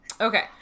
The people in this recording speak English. Okay